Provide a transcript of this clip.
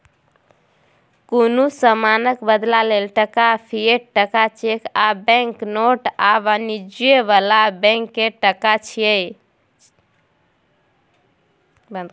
कुनु समानक बदला लेल टका, फिएट टका, चैक आ बैंक नोट आ वाणिज्य बला बैंक के टका छिये